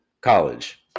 college